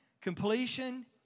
Completion